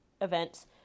events